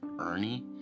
Ernie